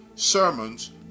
sermons